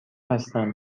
هستم